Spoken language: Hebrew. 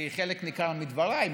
כי חלק ניכר מדבריי,